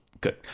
Good